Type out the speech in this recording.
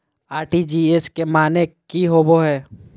RTGS के माने की होबो है?